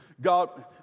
God